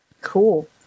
Cool